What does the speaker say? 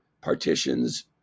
partitions